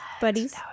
buddies